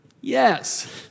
yes